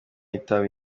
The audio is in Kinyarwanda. itabi